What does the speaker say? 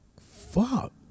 fuck